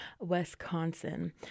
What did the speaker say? Wisconsin